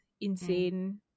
insane